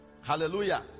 Hallelujah